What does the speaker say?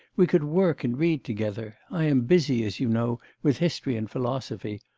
we could work and read together. i am busy, as you know, with history and philosophy.